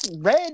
red